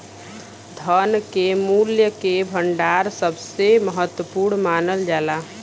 धन के मूल्य के भंडार सबसे महत्वपूर्ण मानल जाला